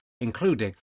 including